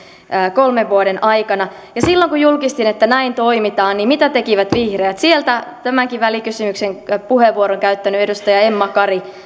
kolmen vuoden aikana silloin kun julkistin että näin toimitaan niin mitä tekivät vihreät sieltä tämänkin välikysymyksen puheenvuoron käyttänyt edustaja emma kari